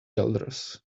elders